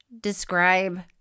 describe